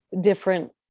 different